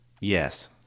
Yes